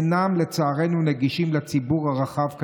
אינן נגישות לציבור הרחב כנדרש,